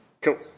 Cool